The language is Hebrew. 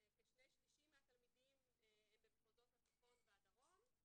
כשני שלישים מהתלמידים הם במחוזות הצפון והדרום.